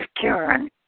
Karen